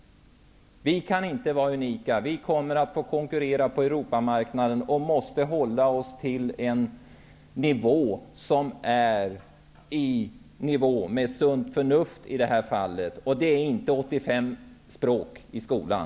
Vi kan inte vara unika. Vi kommer att få konkurrera på Europamarknaden och måste hålla oss till en nivå där det handlar om sunt förnuft i detta fall. Och det är inte möjligt om man har 85 olika språk i skolan.